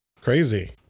crazy